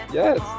yes